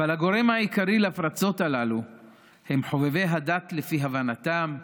אבל הגורם העיקרי לפרצות הללו הם חובבי הדת לפי הבנתם,